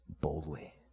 boldly